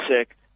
sick